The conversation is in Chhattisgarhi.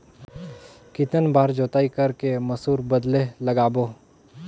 कितन बार जोताई कर के मसूर बदले लगाबो?